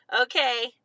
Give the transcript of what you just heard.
okay